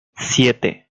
siete